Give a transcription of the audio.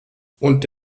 und